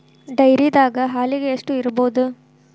ಡೈರಿದಾಗ ಹಾಲಿಗೆ ಎಷ್ಟು ಇರ್ಬೋದ್?